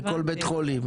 לכל בית חולים.